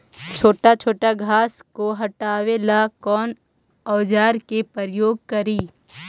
छोटा छोटा घास को हटाबे ला कौन औजार के प्रयोग करि?